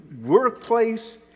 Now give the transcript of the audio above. workplace